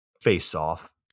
Face-Off